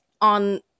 on